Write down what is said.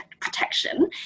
protection